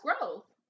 growth